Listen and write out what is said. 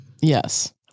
Yes